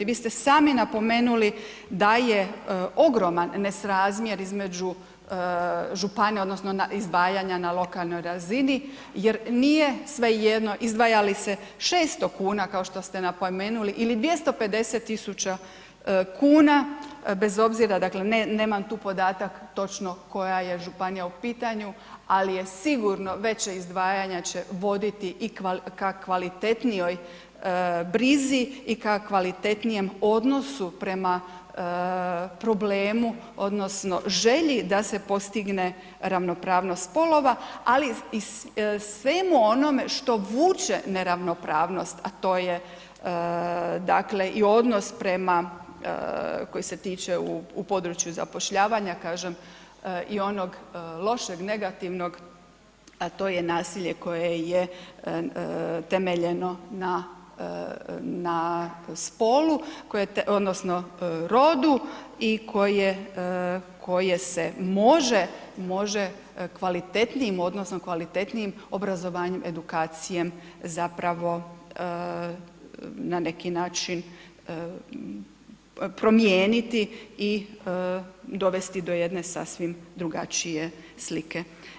Vi ste sami napomenuli da je ogroman nesrazmjer između županija odnosno izdvajanja na lokalnoj razini jer nije svejedno izdvaja li se 600 kuna kao što ste napomenuli ili 250.000 kuna bez obzira, dakle nemam tu podatak koja je županija u pitanju, ali je sigurno veća izdvajanja će voditi i ka kvalitetnijoj brizi i ka kvalitetnijem odnosu prema problemu odnosno želji da se postigne ravnopravnost spolova, ali i svemu onome što vuče neravnopravnost, a to je dakle i odnos prema koji se tiče u području zapošljavanja kažem i onog lošeg, negativnog, a to je nasilje koje je temeljeno na spolu odnosno rodu i koje se može kvalitetnijim odnosom, kvalitetnijim obrazovanjem, edukacijom zapravo na neki način promijeniti i dovesti do jedne sasvim drugačije slike.